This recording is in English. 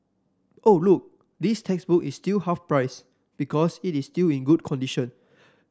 oh look this textbook is still half price because it is still in good condition